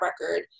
record